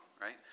right